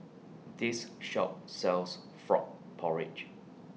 This Shop sells Frog Porridge